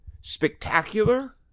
spectacular